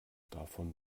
davon